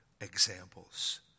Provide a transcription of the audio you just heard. examples